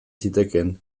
zitekeen